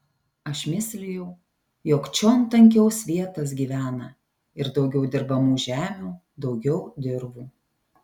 aš mislijau jog čion tankiau svietas gyvena ir daugiau dirbamų žemių daugiau dirvų